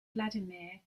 vladimir